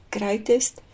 Greatest